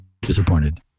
disappointed